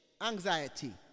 anxiety